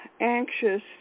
anxious